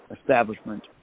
establishment